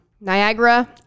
Niagara